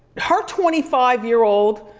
her twenty five year old